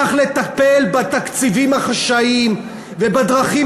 צריך לטפל בתקציבים החשאיים ובדרכים